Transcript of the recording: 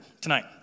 tonight